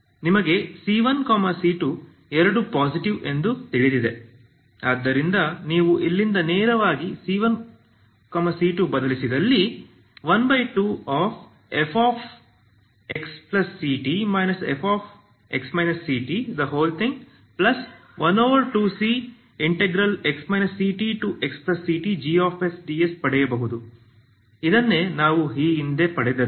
ನಿಮಗೆ c1 c2 ಎರಡೂ positive ಎಂದು ತಿಳಿದಿದೆ ಆದ್ದರಿಂದ ನೀವು ಇಲ್ಲಿಂದ ನೇರವಾಗಿ c1 c2 ಬದಲಿಸಿದಲ್ಲಿ 12fxct fx ct12cx ctxctgsds ಪಡೆಯಬಹುದು ಇದನ್ನೇ ನಾವು ಈ ಹಿಂದೆ ಪಡೆದದ್ದು